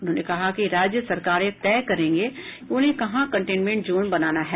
उन्होंने कहा कि राज्य सरकारें तय करेंगे कि उन्हें कहां कंटेनमेंट जोन बनाना है